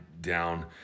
down